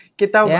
kita